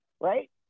right